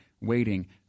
waiting